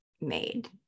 made